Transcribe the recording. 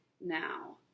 now